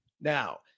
now